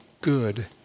good